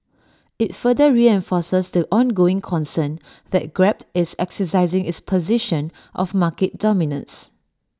IT further reinforces the ongoing concern that grab is exercising its position of market dominance